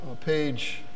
page